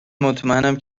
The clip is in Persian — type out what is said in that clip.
مطمئنم